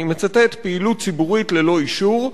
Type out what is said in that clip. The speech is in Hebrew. אני מצטט: "פעילות ציבורית ללא אישור,